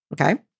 Okay